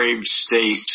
state